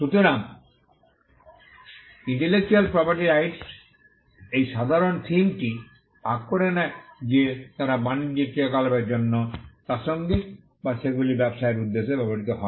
সুতরাং intellectual property rights এই সাধারণ থিমটি ভাগ করে নেয় যে তারা বাণিজ্যিক ক্রিয়াকলাপের জন্য প্রাসঙ্গিক বা সেগুলি ব্যবসায়ের উদ্দেশ্যে ব্যবহৃত হয়